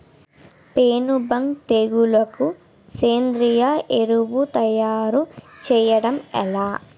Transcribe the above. పేను బంక తెగులుకు సేంద్రీయ ఎరువు తయారు చేయడం ఎలా?